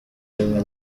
bimwe